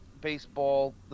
baseball